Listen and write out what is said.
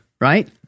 right